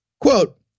Quote